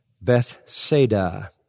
Bethsaida